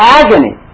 agony